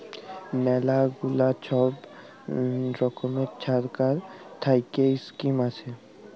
ম্যালা গুলা ছব রকমের ছরকার থ্যাইকে ইস্কিম আসে